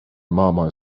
mama